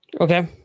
Okay